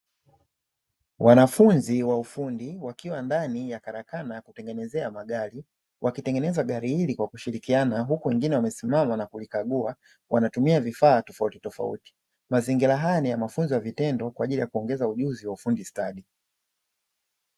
Wanafunzi wa ufundi wakiwa ndani ya karakana ya kutengenezea magari, wakitengeneza gari hili kwa kushirikiana huku wengine wamesimama na kulikagua, wanatumia vifaa tofautitofauti. Mazingira haya ni ya mafunzo ya vitendo kwa ajili ya kuongeza ujuzi wa ufundi stadi.